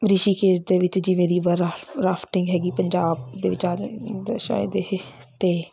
ਰਿਸ਼ੀਕੇਸ਼ ਦੇ ਵਿੱਚ ਜਿਵੇਂ ਰੀਵਰ ਆ ਰਾਫਟਿੰਗ ਹੈਗੀ ਪੰਜਾਬ ਦੇ ਵਿੱਚ ਸ਼ਾਇਦ ਇਹ ਅਤੇ